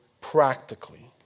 practically